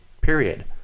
period